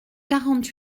quarante